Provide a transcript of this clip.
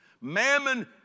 Mammon